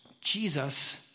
Jesus